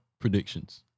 predictions